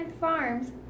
farms